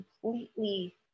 completely